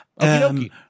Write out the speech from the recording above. okay